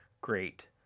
great